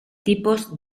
tipos